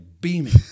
beaming